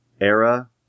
era